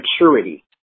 maturity